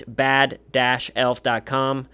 bad-elf.com